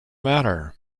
matter